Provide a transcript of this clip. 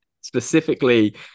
specifically